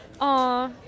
Aw